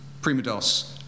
Primados